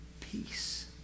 peace